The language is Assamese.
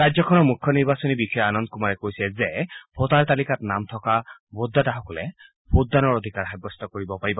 ৰাজ্যখনৰ মুখ্য নিৰ্বাচনী বিষয়া আনন্দ কুমাৰে কৈছে যে ভোটাৰ তালিকাত নাম থকা ভোটদাতাসকলে নিজৰ ভোটদানৰ অধিকাৰ সাব্যস্ত কৰিব পাৰিব